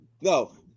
No